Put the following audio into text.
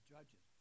Judges